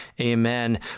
Amen